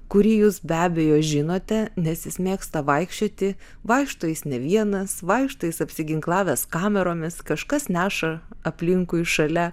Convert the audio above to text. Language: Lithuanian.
kurį jūs be abejo žinote nes jis mėgsta vaikščioti vaikšto jis ne vienas vaikšto jis apsiginklavęs kameromis kažkas neša aplinkui šalia